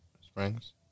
springs